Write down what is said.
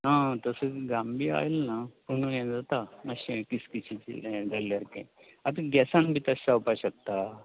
आं तशें जाम बी आयल ना पूण यें जाता मातशें किसकिसी यें जाल्ल्या सारकें आतां गॅसान बी तशें जावपा शकता